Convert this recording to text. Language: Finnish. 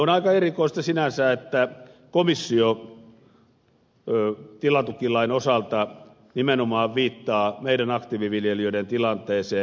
on aika erikoista sinänsä että komissio tilatukilain osalta nimenomaan viittaa meidän aktiiviviljelijöiden tilanteeseen